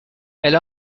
elle